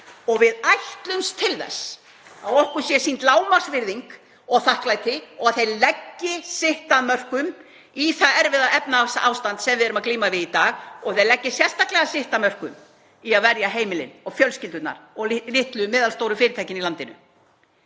og við ætlumst til þess að okkur sé sýnd lágmarksvirðing og þakklæti og að þeir leggi sitt af mörkum í því erfiða efnahagsástand sem við erum að glíma við í dag og að þeir leggi sérstaklega sitt af mörkum í að verja heimilin og fjölskyldurnar og litlu og meðalstóru fyrirtækin í landinu.